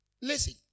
Listen